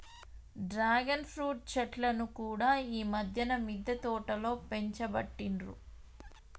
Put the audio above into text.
dragon fruit చెట్లను కూడా ఈ మధ్యన మిద్దె తోటలో పెంచబట్టిండ్రు